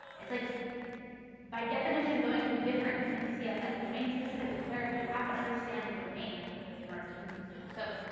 it's like by definition going to be different in css, domain specific, declarative, you have to understand the domain and um to use these. so